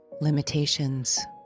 limitations